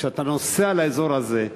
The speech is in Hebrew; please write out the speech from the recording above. כשאתה נוסע לאזור הזה,